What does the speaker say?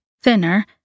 thinner